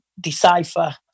decipher